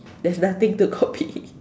there's nothing to copy